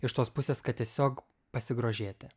iš tos pusės kad tiesiog pasigrožėti